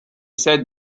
said